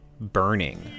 burning